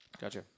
Gotcha